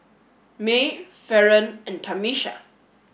Maye Faron and Tamisha